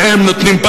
שהם נותנים,